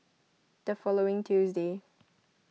the following Tuesday